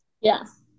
Yes